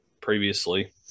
previously